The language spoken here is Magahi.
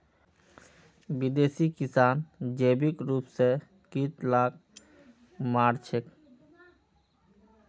विदेशी किसान जैविक रूप स कीट लाक मार छेक